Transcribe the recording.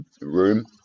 room